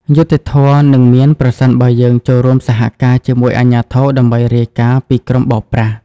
យុត្តិធម៌នឹងមាន ប្រសិនបើយើងចូលរួមសហការជាមួយអាជ្ញាធរដើម្បីរាយការណ៍ពីក្រុមបោកប្រាស់។